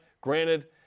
Granted